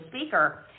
speaker